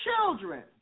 children